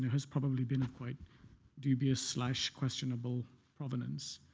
has probably been of quite dubious like questionable provenance.